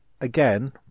Again